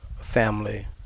family